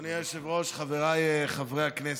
אדוני היושב-ראש, חבריי חברי הכנסת,